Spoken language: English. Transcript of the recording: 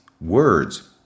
words